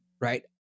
right